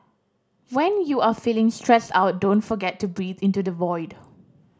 when you are feeling stressed out don't forget to breathe into the void